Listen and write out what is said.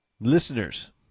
listeners